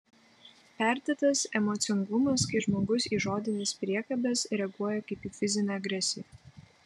perdėtas emocingumas kai žmogus į žodines priekabes reaguoja kaip į fizinę agresiją